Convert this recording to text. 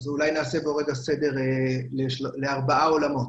נעשה סדר לארבעה עולמות.